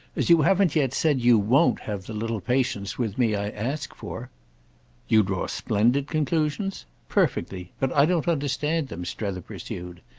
as you haven't yet said you won't have the little patience with me i ask for you draw splendid conclusions? perfectly. but i don't understand them, strether pursued.